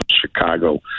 Chicago